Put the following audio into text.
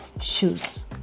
shoes